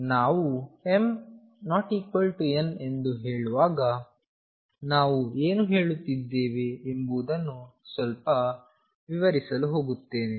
ನಾನು ನಾವು m n ಎಂದು ಹೇಳುವಾಗ ನಾವು ಏನು ಹೇಳುತ್ತಿದ್ದೇವೆ ಎಂಬುದನ್ನು ಸ್ವಲ್ಪ ವಿವರಿಸಲು ಹೋಗುತ್ತೇನೆ